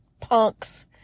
punks